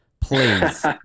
Please